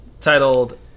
titled